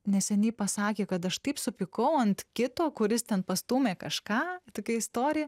neseniai pasakė kad aš taip supykau ant kito kuris ten pastūmė kažką tokia istorija